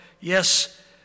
Yes